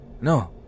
No